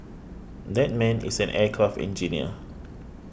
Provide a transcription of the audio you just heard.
that man is an aircraft engineer